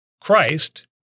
Christ